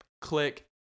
click